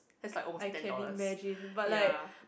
that's like almost ten dollars ya